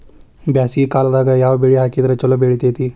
ಬ್ಯಾಸಗಿ ಕಾಲದಾಗ ಯಾವ ಬೆಳಿ ಹಾಕಿದ್ರ ಛಲೋ ಬೆಳಿತೇತಿ?